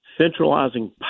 centralizing